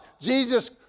Jesus